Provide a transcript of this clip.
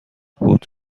بود